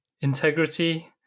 integrity